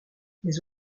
mais